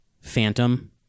Phantom